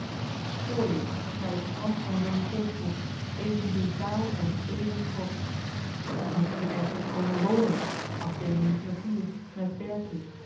schooier naar den trant van zoon polsbroek even brutaal èn even trotsch moest hier eigenlijk komen wnen afdeeling literatuur met